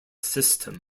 system